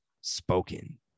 spoken